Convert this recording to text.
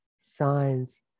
signs